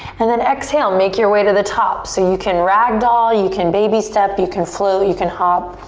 and then exhale, make your way to the top. so you can rag doll, you can baby step, you can float, you can hop.